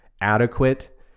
adequate